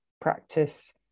practice